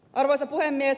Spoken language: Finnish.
arvoisa puhemies